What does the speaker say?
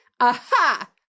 Aha